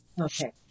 Okay